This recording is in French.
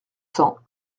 cents